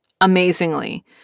amazingly